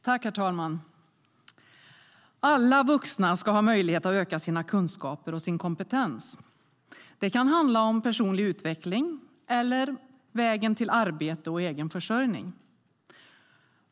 Herr talman! Alla vuxna ska ha möjlighet att öka sina kunskaper och sin kompetens. Det kan handla om personlig utveckling eller om vägen till arbete och egen försörjning.